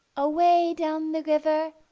away down the river,